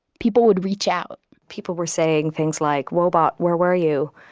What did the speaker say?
people would reach out people were saying things like, woebot, where were you?